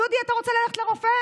דודי, אתה רוצה ללכת לרופא?